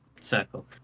circle